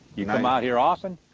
you come out here often?